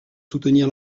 soutenir